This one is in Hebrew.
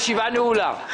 הישיבה נעולה.